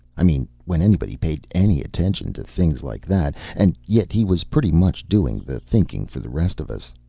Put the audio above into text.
i mean when anybody paid any attention to things like that and yet he was pretty much doing the thinking for the rest of us.